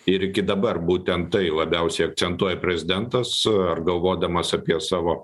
ir iki dabar būtent tai labiausiai akcentuoja prezidentas ar galvodamas apie savo